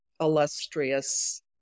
illustrious